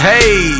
Hey